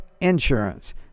insurance